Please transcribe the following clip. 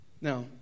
Now